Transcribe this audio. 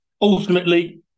Ultimately